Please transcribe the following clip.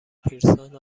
پیرسون